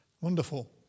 Wonderful